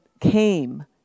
came